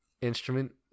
instrument